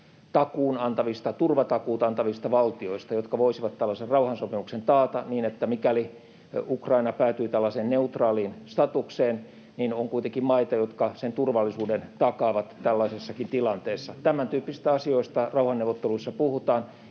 turvatakuut antavista valtioista, jotka voisivat tällaisen rauhansopimuksen taata niin, että mikäli Ukraina päätyy tällaiseen neutraalin statukseen, niin on kuitenkin maita, jotka sen turvallisuuden takaavat tällaisessakin tilanteessa. Tämäntyyppisistä asioista rauhanneuvotteluissa puhutaan,